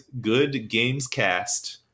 goodgamescast